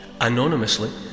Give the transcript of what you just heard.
Anonymously